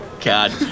God